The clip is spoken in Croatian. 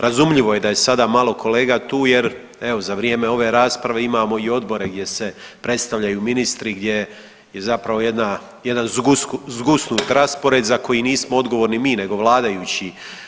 Razumljivo je da je sada malo kolega tu jer evo za vrijeme ove rasprave imamo i odbore gdje se predstavljaju ministri, gdje je zapravo jedna, jedan zgusnut raspored za koji nismo odgovorni mi nego vladajući.